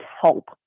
help